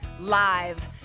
Live